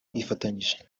yifatanyije